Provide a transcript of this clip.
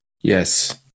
Yes